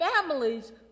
families